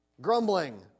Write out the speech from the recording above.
Grumbling